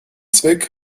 zweck